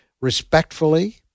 respectfully